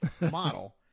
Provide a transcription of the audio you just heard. model